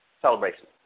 celebration